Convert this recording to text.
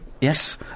Yes